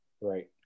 Right